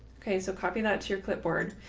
ok, so copy that to your clipboard,